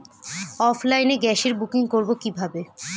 অফলাইনে গ্যাসের বুকিং করব কিভাবে?